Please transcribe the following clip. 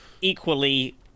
equally